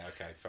Okay